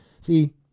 See